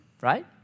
right